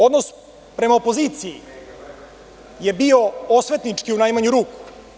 Odnos prema opoziciji je bio osvetnički, u najmanju ruku.